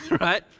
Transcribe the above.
Right